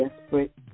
desperate